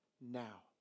now